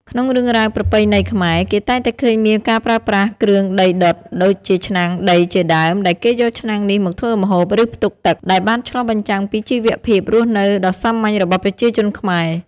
ក្នុងរឿងរ៉ាវប្រពៃណីខ្មែរ គេតែងតែឃើញមានការប្រើប្រាស់គ្រឿងដីដុត ដូចជាឆ្នាំងដីជាដើម ដែលគេយកឆ្នាំងនេះមកធ្វើម្ហូប ឬផ្ទុកទឹក ដែលបានឆ្លុះបញ្ចាំងពីជីវភាពរស់នៅដ៏សាមញ្ញរបស់ប្រជាជនខ្មែរ។